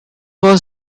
was